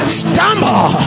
stumble